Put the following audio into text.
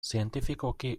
zientifikoki